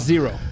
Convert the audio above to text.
Zero